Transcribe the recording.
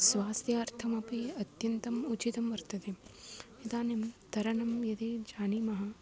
स्वास्थ्यर्थमपि अत्यन्तम् उचितं वर्तते इदानीं तरणं यदि जनीमः